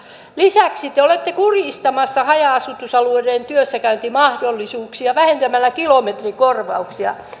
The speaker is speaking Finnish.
lisäksi te olette kurjistamassa haja asutusalueiden työssäkäyntimahdollisuuksia vähentämällä kilometrikorvauksia